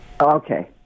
Okay